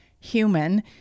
human